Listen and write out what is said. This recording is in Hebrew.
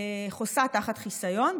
חוסה תחת חיסיון,